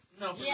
No